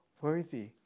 worthy